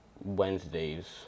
Wednesdays